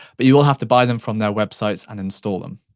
but you will have to buy them from their websites and instal them.